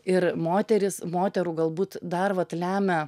ir moterys moterų galbūt dar vat lemia